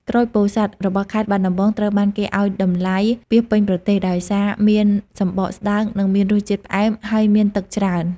ក្រូចពោធិ៍សាត់របស់ខេត្តបាត់ដំបង ត្រូវបានគេឱ្យតម្លៃពាសពេញប្រទេស ដោយសារមានសំបកស្តើង និងមានរសជាតិផ្អែម ហើយមានទឹកច្រើន។